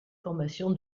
formation